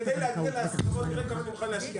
כדי להגיע להסכמות תראה כמה אני מוכן להשקיע.